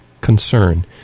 concern